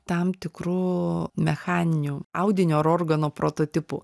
tam tikru mechaniniu audiniu ar organo prototipu